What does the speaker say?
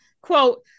Quote